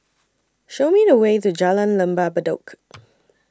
Show Me The Way to Jalan Lembah Bedok